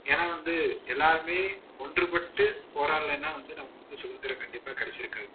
ஏன்னா வந்து எல்லோருமே ஒன்றுபட்டு போராடலைனா வந்து நமக்கு வந்து சுதிந்திரம் கண்டிப்பாக கெடைச்சிருக்காது